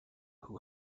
who